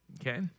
okay